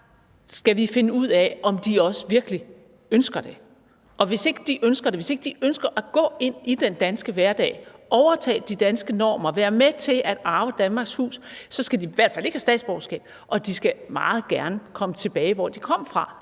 til at være her i landet, virkelig ønsker det. Og hvis ikke de ønsker det – hvis ikke de ønsker at gå ind i den danske hverdag, overtage de danske normer, være med til at arve Danmarks hus – så skal de i hvert fald ikke have statsborgerskab, og de skal meget gerne komme tilbage til, hvor de kom fra,